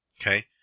Okay